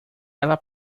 ela